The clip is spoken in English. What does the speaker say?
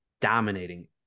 dominating